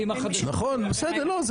אני